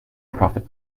profit